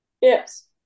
Yes